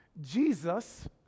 Jesus